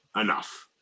enough